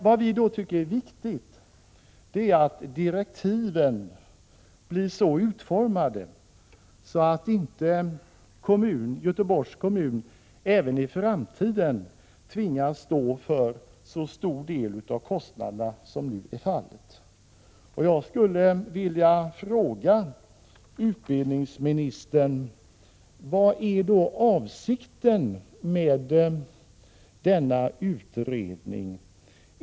Vad vi tycker är viktigt är att direktiven blir så utformade, att inte Göteborgs kommun även i framtiden tvingas stå för så stor del av kostnaderna som nu är fallet. Jag skulle vilja fråga utbildningsministern: Vad är avsikten med denna utredning?